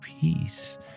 peace